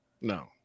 No